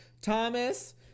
Thomas